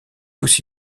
aussi